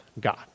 God